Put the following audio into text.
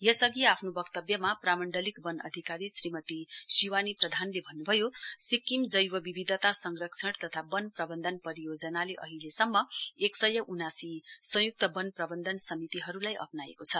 यसअघि आफ्नो वक्तव्यमा प्रामण्डलिक वन अधिकारी श्रीमती शिवानी प्रधानले भन्नुभयो सिक्किम जैवविविधता संरक्षण तथा वन प्रवन्धन परियोजनाले अहिलेसम्म एक सय उनासी संयुक्त वन प्रवन्धन समितिहरूलाई अप्नाएको छ